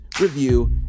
review